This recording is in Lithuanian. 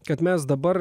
kad mes dabar